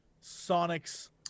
Sonic's